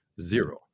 zero